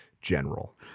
general